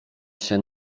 się